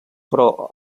però